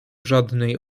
żadnej